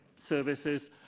Services